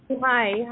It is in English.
Hi